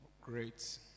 Great